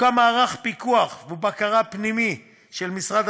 יוקם מערך פיקוח ובקרה פנימי של משרד